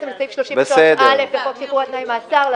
כדי ליצור איזשהו הרכב שמתמחה בנושא הזה.